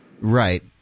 Right